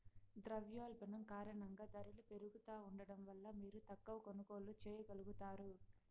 ద్రవ్యోల్బణం కారణంగా దరలు పెరుగుతా ఉండడం వల్ల మీరు తక్కవ కొనుగోల్లు చేయగలుగుతారు